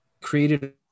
created